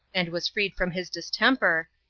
and was freed from his distemper,